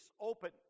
open